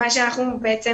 מה שאנחנו בעצם,